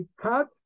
cut